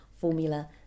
formula